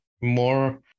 more